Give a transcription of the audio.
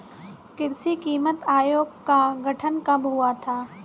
कृषि कीमत आयोग का गठन कब हुआ था?